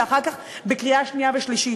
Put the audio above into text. ואחר כך בקריאה שנייה ושלישית.